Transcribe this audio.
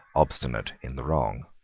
obstinate in the wrong.